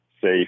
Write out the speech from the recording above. safe